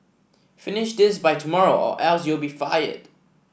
finish this by tomorrow or else you'll be fired